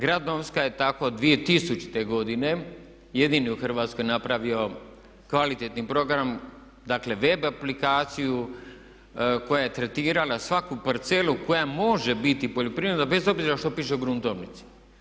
Grad Novska je tako 2000. godine jedini u Hrvatskoj napravio kvalitetni program, dakle web aplikaciju koja je tretirala svaku parcelu koja može biti poljoprivredna bez obzira što piše u gruntovnici.